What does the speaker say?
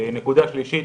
נקודה שלישית,